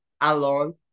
alone